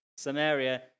Samaria